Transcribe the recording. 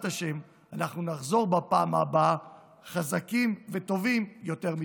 השם אנחנו נחזור בפעם הבאה חזקים וטובים יותר מתמיד.